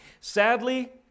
Sadly